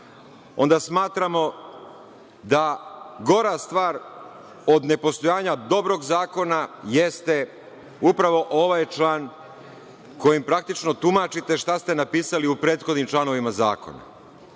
onda smatramo da gora stvar od nepostojanja dobrog zakona je upravo ovaj član kojim praktično tumačite šta ste napisali u prethodnim članovima zakona.I,